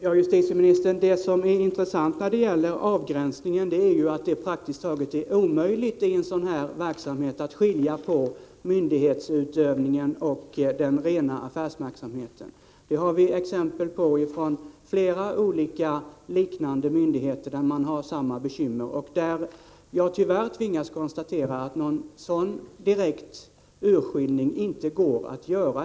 Herr talman! Det som är intressant när det gäller avgränsningen är att det praktiskt taget är omöjligt att i en sådan här verksamhet skilja mellan myndighetsutövningen och den rena affärsverksamheten. Det har vi exempel på från flera liknande myndigheter, där man har samma bekymmer. Jag tvingas konstatera att det inte går att göra någon direkt åtskillnad mellan verksamheterna.